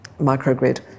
microgrid